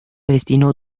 destino